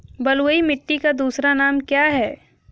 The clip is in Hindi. बलुई मिट्टी का दूसरा नाम क्या है?